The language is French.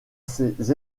ses